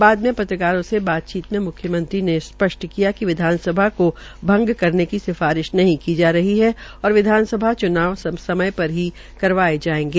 बाद में पत्रकारों से बातचीत में मुख्मंत्री ने स्पष्ट किया विधानसभ को भंग करने की सिफारिश नहीं की जा रही है और विधानसभा च्नाव समय पर ही करवाये जायेंगे